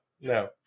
no